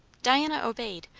diana obeyed,